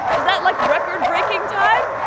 is that, like, record-breaking time?